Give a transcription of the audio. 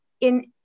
in-